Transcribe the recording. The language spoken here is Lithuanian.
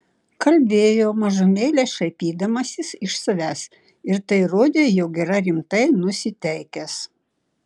kalbėjo mažumėlę šaipydamasis iš savęs ir tai rodė jog yra rimtai nusiteikęs